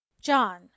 john